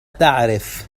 تعرف